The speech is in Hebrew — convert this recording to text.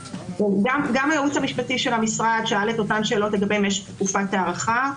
גם הייעוץ המשפטי של המשרד שאל את אותן שאלות לגבי משך תקופה הארכה.